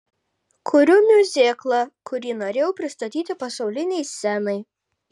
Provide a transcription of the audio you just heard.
kuriu miuziklą kurį norėjau pristatyti pasaulinei scenai